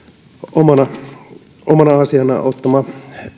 omana omana asianaan ottama